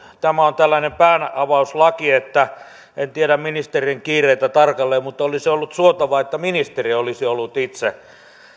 tämä on tällainen päänavauslaki en tiedä ministerin kiireitä tarkalleen mutta olisi ollut suotavaa että ministeri olisi ollut itse